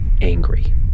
angry